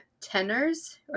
tenors